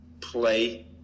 play